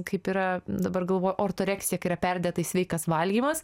kaip yra dabar galvoju ortoreksija kai yra perdėtai sveikas valgymas